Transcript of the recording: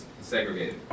segregated